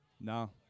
No